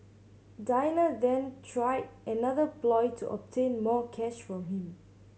Dina then tried another ploy to obtain more cash from him